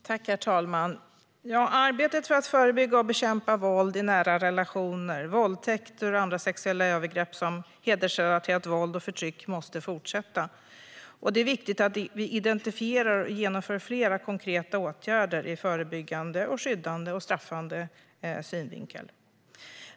Herr talman! Arbetet för att förebygga och bekämpa våld i nära relationer, våldtäkter och andra sexuella övergrepp, till exempel hedersrelaterat våld och förtryck, måste fortsätta. Det är viktigt att vi identifierar och vidtar fler konkreta åtgärder ur förebyggande, skyddande och straffande synvinkel.